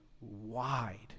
wide